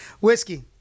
Whiskey